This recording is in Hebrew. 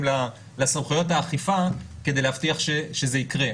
לסמכויות האכיפה כדי להבטיח שזה יקרה,